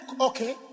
okay